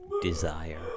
Desire